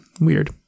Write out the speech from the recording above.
weird